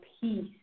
peace